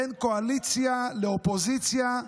בין קואליציה לאופוזיציה,